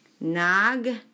Nag